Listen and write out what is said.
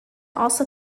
also